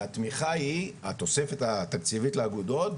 והתמיכה היא התוספת התקציבית לאגודות,